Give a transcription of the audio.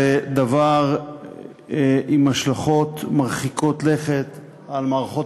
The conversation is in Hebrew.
זה דבר עם השלכות מרחיקות לכת על מערכות